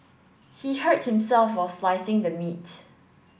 he hurt himself while slicing the meat